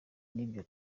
n’ibyo